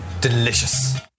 Delicious